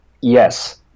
Yes